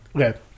Okay